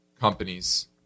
companies